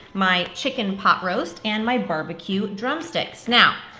my chicken pot roast and my barbecue drumsticks. now,